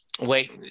wait